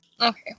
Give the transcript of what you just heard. Okay